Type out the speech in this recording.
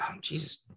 Jesus